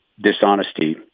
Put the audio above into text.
dishonesty